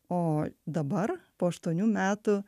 o dabar po aštuonių metų